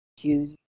use